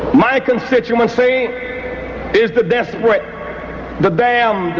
my constituency is the desperate, the damned,